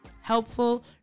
helpful